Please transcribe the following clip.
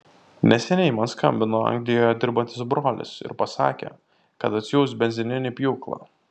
neseniai man skambino anglijoje dirbantis brolis ir pasakė kad atsiųs benzininį pjūklą